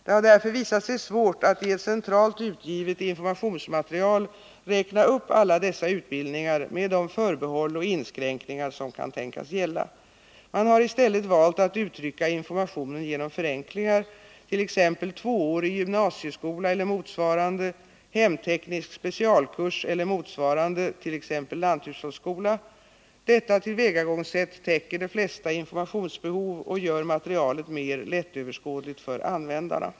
Det har därför visat sig svårt att i ett centralt utgivet informationsmaterial räkna upp alla dessa utbildningar med de förbehåll och inskränkningar som kan tänkas gälla. Man har i stället valt att uttrycka informationen genom förenklingar, t.ex. tvåårig gymnasieskola eller motsvarande, hemteknisk specialkurs eller motsvarande . Detta tillvägagångssätt täcker de flesta informationsbehöv och gör materialet mer lättöverskådligt för användarna.